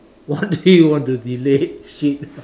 what do you want to delete shit